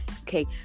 Okay